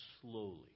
slowly